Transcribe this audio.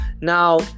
now